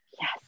Yes